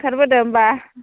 ओंखारबोदो होमबा